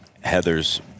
Heather's